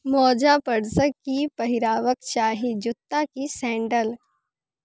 मोज़ा परसँ की पहिरबाक चाही जूत्ता की सेण्डल